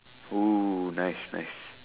!woo! nice nice